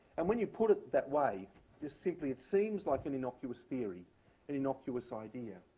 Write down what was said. and when you put it that way, just simply, it seems like an innocuous theory, an innocuous idea.